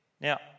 Now